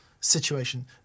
Situation